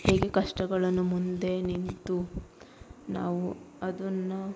ಹೀಗೆ ಕಷ್ಟಗಳನ್ನು ಮುಂದೆ ನಿಂತು ನಾವು ಅದನ್ನ